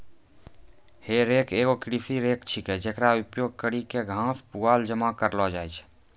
हे रेक एगो कृषि रेक छिकै, जेकरो उपयोग करि क घास, पुआल जमा करलो जाय छै